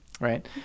Right